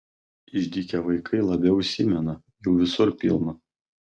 išdykę vaikai labiau įsimena jų visur pilna